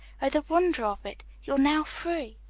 oh, the wonder of it! you're now, free!